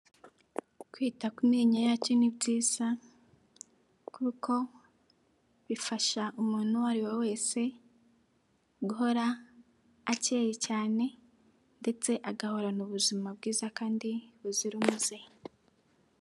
Kwita ku menyo yacyo ni byiza kuko bifasha umuntu uwo ari we wese guhora akeye cyane ndetse agahorana ubuzima bwiza kandi buzira umuze.